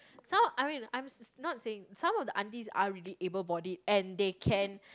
some I mean I'm s~ not saying some of the aunties are really able bodied and they can